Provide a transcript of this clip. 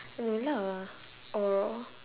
no lah or